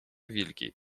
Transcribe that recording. wilki